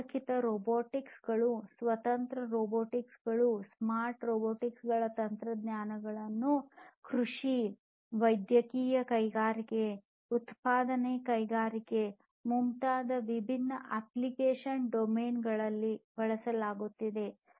ಸಂಪರ್ಕಿತ ರೋಬೋಟ್ಗಳು ಸ್ವತಂತ್ರ ರೋಬೋಟ್ಗಳು ಸ್ಮಾರ್ಟ್ ರೋಬೋಟ್ ಗಳಂತಹ ತಂತ್ರಜ್ಞಾನಗಳನ್ನು ಕೃಷಿ ವೈದ್ಯಕೀಯ ಕೈಗಾರಿಕೆಗಳು ಉತ್ಪಾದನೆ ಕೈಗಾರಿಕೆಗಳು ಮುಂತಾದ ವಿಭಿನ್ನ ಅಪ್ಲಿಕೇಶನ್ ಡೊಮೇನ್ ಗಳಲ್ಲಿ ಬಳಸಲಾಗುತ್ತಿದೆ